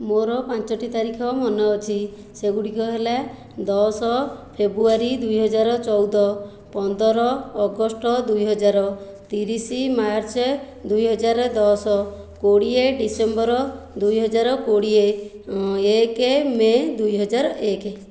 ମୋର ପାଞ୍ଚଟି ତାରିଖ ମନେ ଅଛି ସେଗୁଡ଼ିକ ହେଲା ଦଶ ଫେବ୍ରୁୟାରୀ ଦୁଇହଜାର ଚଉଦ ପନ୍ଦର ଅଗଷ୍ଟ ଦୁଇହଜାର ତିରିଶ ମାର୍ଚ୍ଚ ଦୁଇହଜାର ଦଶ କୋଡ଼ିଏ ଡିସେମ୍ବର ଦୁଇହଜାର କୋଡ଼ିଏ ଏକ ମେ ଦୁଇହଜାର ଏକ